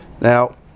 Now